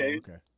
okay